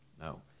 no